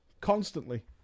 Constantly